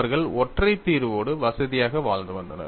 அவர்கள் ஒற்றை தீர்வோடு வசதியாக வாழ்ந்து வந்தனர்